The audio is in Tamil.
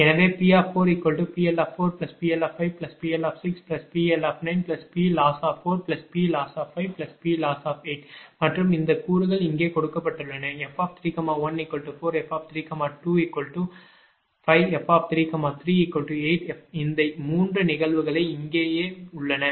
எனவே P4PL4PL5PL6PL9Ploss4Ploss5Ploss8 மற்றும் இந்த கூறுகள் இங்கே கொடுக்கப்பட்டுள்ளன f314f325f338 இந்த 3 நிகழ்வுகள் இங்கேயே உள்ளன